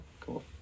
Cool